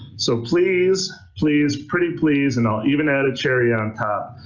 so please, please pretty please and i'll even add a cherry on top,